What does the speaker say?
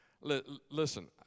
Listen